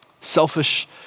Selfish